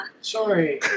Sorry